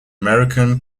american